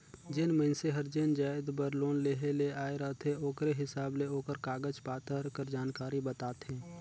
जेन मइनसे हर जेन जाएत बर लोन लेहे ले आए रहथे ओकरे हिसाब ले ओकर कागज पाथर कर जानकारी बताथे